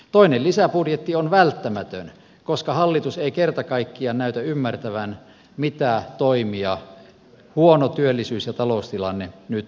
toinen lisäbudjetti on välttämätön koska hallitus ei kerta kaikkiaan näytä ymmärtävän mitä toimia huono työllisyys ja taloustilanne nyt vaatisivat